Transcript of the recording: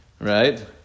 Right